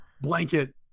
blanket